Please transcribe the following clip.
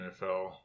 NFL